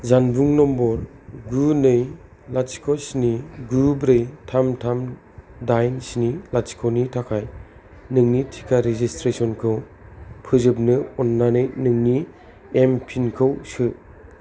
जानबुं नम्बर गु नै लाथिख' स्नि गु ब्रै थाम थाम दाइन स्नि लाथिख' नि थाखाय नोंनि टिका रेजिस्ट्रेसनखौ फोजोबनो अन्नानै नोंनि एमपिनखौ सो